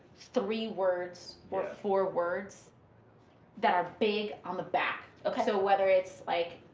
three words or four words that are big on the back. okay. so whether it's, like,